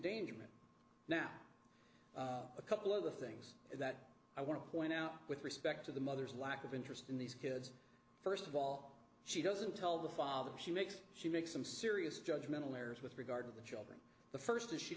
dangerous now a couple of the things that i want to point out with respect to the mother's lack of interest in these kids first of all she doesn't tell the father she makes she makes some serious judge mental errors with regard to the children the first